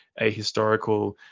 ahistorical